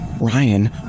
Ryan